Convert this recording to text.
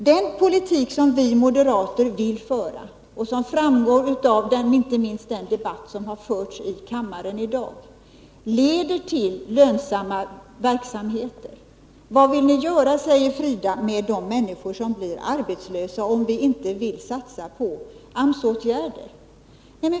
Den politik som vi moderater vill föra, och som framgår av inte minst den debatt som har förts i kammaren i dag, leder till lönsamma verksamheter. Vad vill ni göra, sade Frida Berglund, med de människor som blir arbetslösa om ni inte vill satsa på AMS-åtgärder?